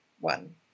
one